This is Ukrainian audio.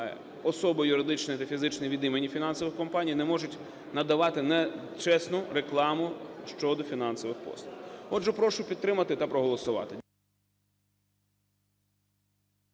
особи юридичні та фізичні від імені фінансових компаній не можуть надавати нечесну рекламу щодо фінансових послуг. Отже, прошу підтримати та проголосувати.